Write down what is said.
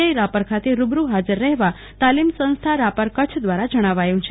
આઈ રાપર ખાતે રૂબરૂ હાજર રહેવા ઔદ્યોગિક તાલીમ સંસ્થા રાપર કચ્છ દ્વારા જણાવાયું છે